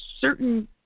certain